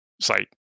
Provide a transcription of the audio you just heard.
site